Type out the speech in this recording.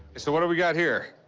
so what do we got here?